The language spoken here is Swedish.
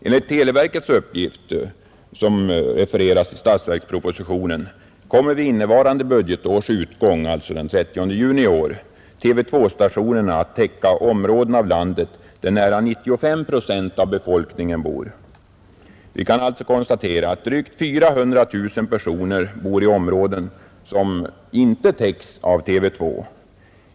Enligt televerkets uppgifter, som refereras i statsverkspropositionen, kommer vid innevarande budgetårs utgång, alltså den 30 juni i år, TV 2-stationerna att täcka områden av landet, där nära 95 procent av befolkningen bor. Vi kan alltså konstatera att drygt 400 000 personer bor i områden som inte täcks av TV 2.